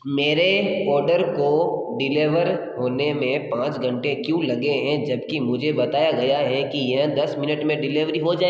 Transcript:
मेरे ऑर्डर को डिलीवर होने में पाँच घंटे क्यों लगे हैं जबकि मुझे बताया गया है कि यह दस मिनट में डिलीवरी हो जाए